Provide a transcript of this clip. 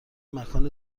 مکان